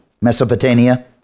Mesopotamia